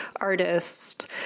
artist